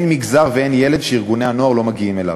אין מגזר ואין ילד שארגוני הנוער לא מגיעים אליו.